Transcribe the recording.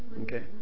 okay